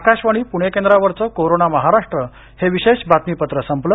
आकाशवाणी पुणे केंद्रावरचं कोरोना महाराष्ट्र हे विशेष बातमीपत्र संपलं